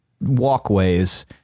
walkways